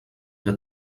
que